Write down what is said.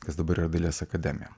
kas dabar yra dailės akademija